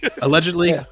Allegedly